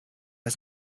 has